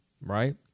Right